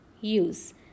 use